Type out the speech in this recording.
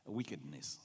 wickedness